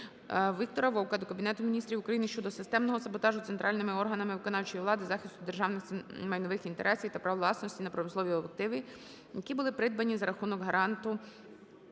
Віктора Вовка до Кабінету Міністрів України щодо системного саботажу центральними органами виконавчої влади захисту державних майнових інтересів та прав власності на промислові активи, які були придбані за рахунок гранту